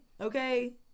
Okay